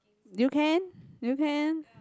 you can you can